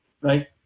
right